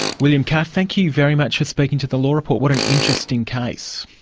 william carr, thank you very much for speaking to the law report. what an interesting case.